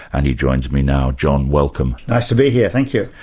and he joins me now. john, welcome. nice to be here, thank you.